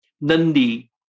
Nandi